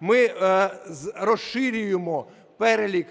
Ми розширюємо перелік